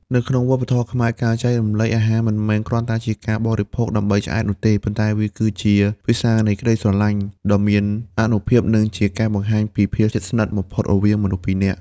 នៅក្នុងវប្បធម៌ខ្មែរ ការចែករំលែកអាហារមិនមែនគ្រាន់តែជាការបរិភោគដើម្បីឆ្អែតនោះទេ ប៉ុន្តែវាគឺជា «ភាសានៃក្ដីស្រឡាញ់» ដ៏មានអានុភាព និងជាការបង្ហាញពីភាពជិតស្និទ្ធបំផុតរវាងមនុស្សពីរនាក់។